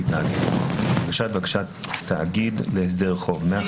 159ב1הגשת בקשת תאגיד להסדר חוב תאגיד